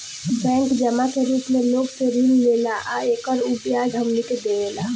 bank जमा के रूप मे लोग से ऋण लेला आ एकर उ ब्याज हमनी के देवेला